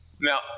Now